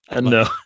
no